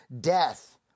death